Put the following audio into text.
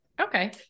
Okay